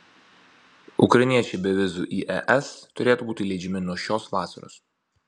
ukrainiečiai be vizų į es turėtų būti įleidžiami nuo šios vasaros